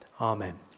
Amen